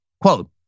quote